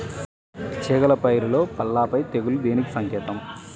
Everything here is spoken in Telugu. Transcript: చేగల పైరులో పల్లాపై తెగులు దేనికి సంకేతం?